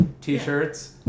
t-shirts